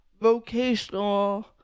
vocational